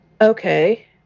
okay